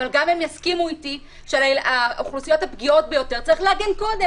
אבל גם הם יסכימו איתי שעל האוכלוסיות הפגיעות ביותר צריך להגן קודם.